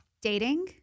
dating